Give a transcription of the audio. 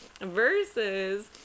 versus